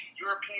European